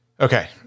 Okay